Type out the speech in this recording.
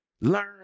learn